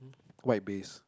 white base